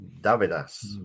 Davidas